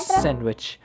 sandwich